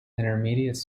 intermediate